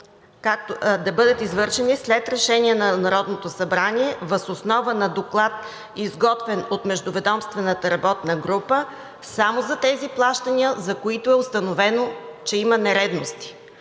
да бъдат извършени след решение на Народното събрание въз основа на доклад, изготвен от междуведомствената работна група, само за тези плащания, за които е установено, че има нередности.“